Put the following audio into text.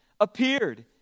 appeared